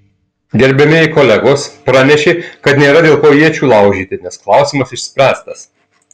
gerbiamieji kolegos pranešė kad nėra dėl ko iečių laužyti nes klausimas išspręstas